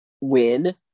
win